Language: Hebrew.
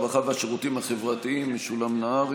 הרווחה והשירותים החברתיים משולם נהרי